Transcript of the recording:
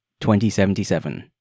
2077